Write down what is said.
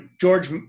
George